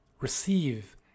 receive